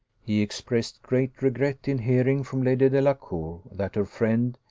he expressed great regret in hearing from lady delacour that her friend,